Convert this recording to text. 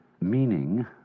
meaning